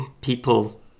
people